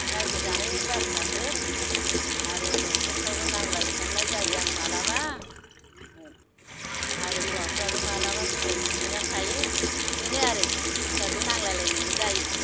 रायजो जानायनि बाथ्राफोर आरो न'खरफोरावबो नांज्लाय खमलाय जायो आं माब्लाबा आरो हौवाफ्राबो माब्लाबा जुमाय फेनानै थायो बेनो आरो बिसि फिसायजों नांज्लायलायनायानो जायो